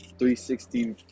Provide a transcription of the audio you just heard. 360